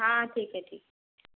हाँ ठीक है ठीक है